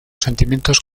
sentimientos